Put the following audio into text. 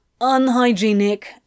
unhygienic